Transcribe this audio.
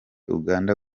uganda